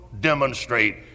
demonstrate